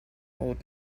old